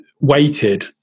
weighted